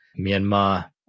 Myanmar